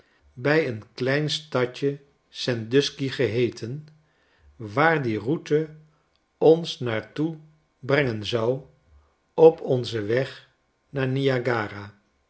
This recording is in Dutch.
bij een klein stadje sandusky geheeten waar die route ons naar toe brengen zou op onzen weg naar